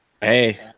Hey